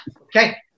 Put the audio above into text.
Okay